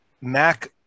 Mac